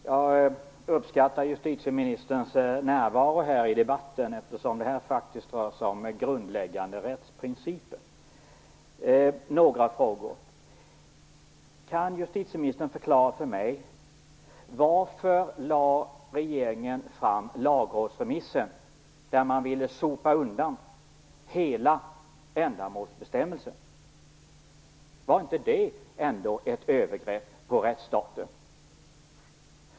Herr talman! Jag uppskattar justitieministerns närvaro här i debatten, eftersom det här faktiskt rör sig om grundläggande rättsprinciper. Jag har några frågor. Kan justitieministern förklara för mig varför regeringen lade fram en lagrådsremiss där man ville sopa undan hela ändamålsbestämmelsen? Var inte det ett övergrepp på rättsstaten?